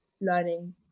learning